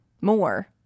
more